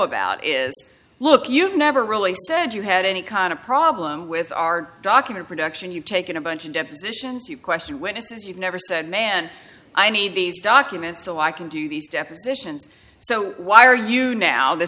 about is look you've never really said you had any kind of problem with our document production you've taken a bunch of depositions you question witnesses you've never said man i need these documents so i can do these depositions so why are you now th